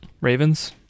Ravens